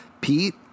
Pete